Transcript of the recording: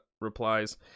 replies